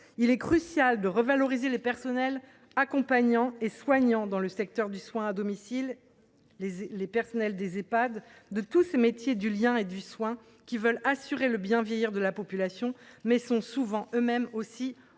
Il est crucial de revaloriser les personnels accompagnants et soignants dans le secteur du soin à domicile, les personnels des Ehpad, tous ces métiers du lien et du soin, qui veulent assurer le bien vieillir de la population, mais sont souvent eux mêmes aussi en